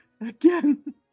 again